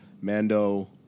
Mando